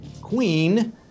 Queen